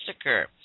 occur